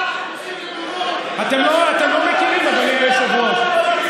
רוצים, אתם לא מכירים, אדוני היושב-ראש.